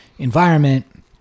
environment